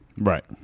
right